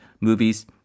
movies